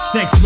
Sex